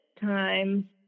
time